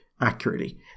accurately